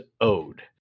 owed